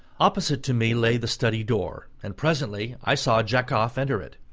opposite to me lay the study door, and presently i saw jakoff enter it,